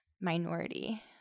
minority